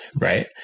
right